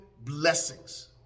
blessings